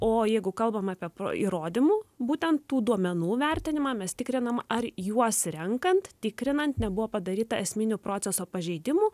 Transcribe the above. o jeigu kalbam apie pro įrodymų būtent tų duomenų vertinimą mes tikrinam ar juos renkant tikrinant nebuvo padaryta esminių proceso pažeidimų